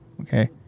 Okay